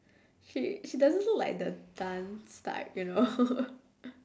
she she doesn't look like the dance type you know